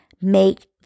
make